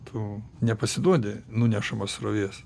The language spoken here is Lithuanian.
tu nepasiduodi nunešamas srovės